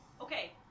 Okay